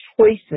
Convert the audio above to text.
choices